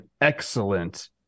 excellent